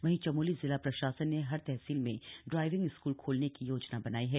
वहीं चमोली जिला प्रशासन ने हर तहसील में ड्राइविंग स्कूल खोलने की योजना बनाई है